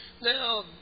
Now